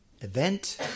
event